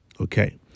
Okay